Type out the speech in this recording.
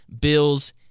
Bills